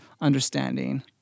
understanding